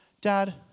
dad